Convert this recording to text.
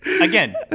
Again